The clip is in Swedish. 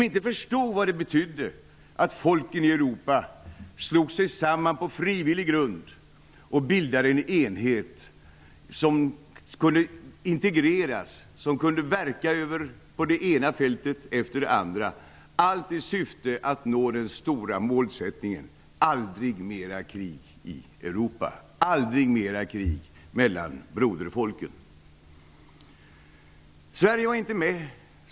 De förstod inte vad det betydde att folken i Europa slog sig samman på frivillig grund och bildade en enhet som skulle integreras och verka på det ena fältet efter det andra -- allt i syfte att nå det stora målet: Aldrig mera krig i Europa. Aldrig mera krig mellan broderfolken. Sverige var inte med.